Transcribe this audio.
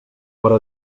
però